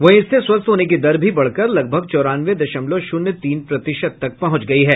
वहीं इससे स्वस्थ होने की दर भी बढ़कर लगभग चौरानवे दशमलव शून्य तीन प्रतिशत तक पहुंच गई है